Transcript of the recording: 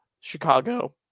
Chicago